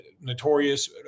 notorious